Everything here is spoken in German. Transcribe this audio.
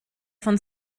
von